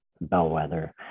Bellwether